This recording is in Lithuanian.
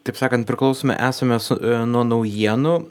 taip sakant priklausomi esame su nuo naujienų